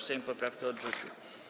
Sejm poprawkę odrzucił.